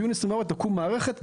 ביוני 2024 תקום מערכת.